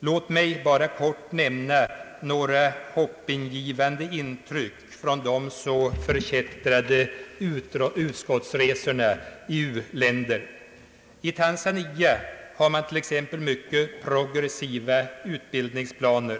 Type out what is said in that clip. Låt mig bara kort nämna några hoppingivande intryck från de så förkättrade utskottsresorna i u-länder. I Tanzania har man till exempel progressiva utbildningsplaner.